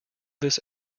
this